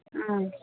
ಹ್ಞೂ